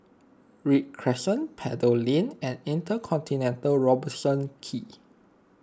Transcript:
Read Crescent Pebble Lane and Intercontinental Robertson Quay